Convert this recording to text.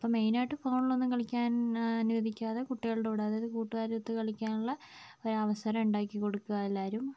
അപ്പോൾ മെയിൻ ആയിട്ട് ഫോണിൽ ഒന്നും കളിക്കാൻ അനുവദിക്കാതെ കുട്ടികളുടെ കൂടെ അതായത് കൂട്ടുകാരുമൊത്ത് കളിക്കാനുള്ള ഒരവസരം ഉണ്ടാക്കിക്കൊടുക്കുക എല്ലാവരും